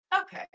okay